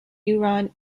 iran